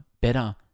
better